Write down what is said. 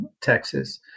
Texas